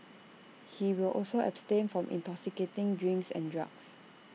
he will also abstain from intoxicating drinks and drugs